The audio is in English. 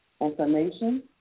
information